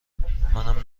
منم